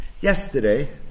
Yesterday